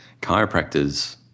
chiropractors